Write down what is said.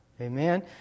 Amen